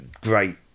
Great